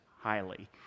highly